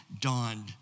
dawned